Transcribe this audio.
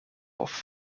off